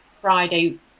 Friday